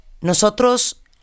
nosotros